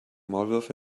maulwürfe